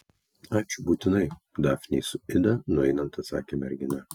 ačiū būtinai dafnei su ida nueinant atsakė mergina